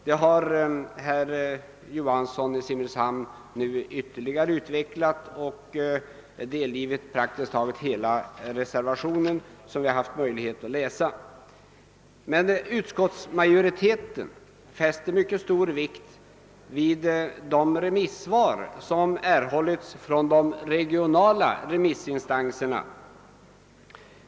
Det har herr Johansson ytterligare utvecklat och återgivit praktiskt taget hela reservationen som vi har haft möjlighet att läsa. Utskottsmajoriteten fäster mycket stor vikt vid de remissvar som erhållits från de regionala remissinstanserna.